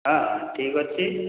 ହଁ ଠିକ୍ ଅଛି